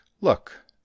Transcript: Look